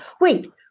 Wait